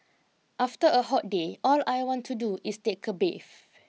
after a hot day all I want to do is take a bath